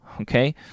okay